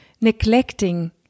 neglecting